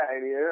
idea